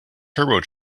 turbo